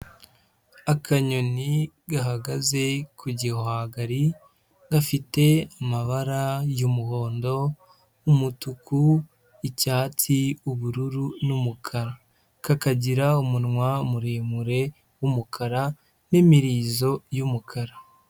Akanyoni gahagaze ku gihwagari, gafite amabara y'umuhondo, umutuku, icyatsi, ubururu n'umukara, kakagira umunwa muremure w'umukara n'imirizo y'umukara.